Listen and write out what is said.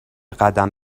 قدم